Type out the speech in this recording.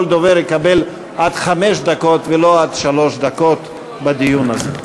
כל דובר יקבל עד חמש דקות ולא עד שלוש דקות בדיון הזה.